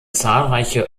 zahlreiche